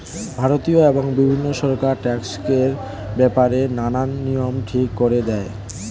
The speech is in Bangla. ভারতীয় এবং বিভিন্ন সরকার ট্যাক্সের ব্যাপারে নানান নিয়ম ঠিক করে দেয়